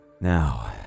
Now